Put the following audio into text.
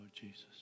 Jesus